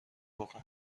بکن